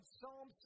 Psalm